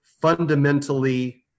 fundamentally